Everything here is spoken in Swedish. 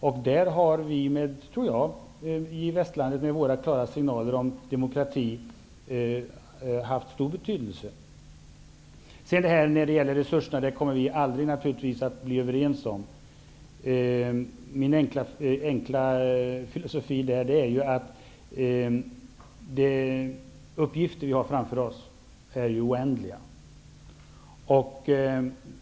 I detta har vi, tror jag, i västerlandet med våra klara signaler om demokrati haft stor betydelse. När det gäller resurserna kommer vi naturligtvis aldrig att bli överens. Min enkla filosofi är att de uppgifter vi har framför oss är oändliga.